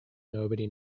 nobody